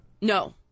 No